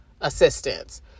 assistance